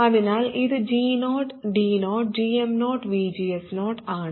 അതിനാൽ ഇത് G0 D0 gm0VGS0 ആണ് ഇവിടെ ഇത് VGS0 ആണ്